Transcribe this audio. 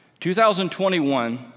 2021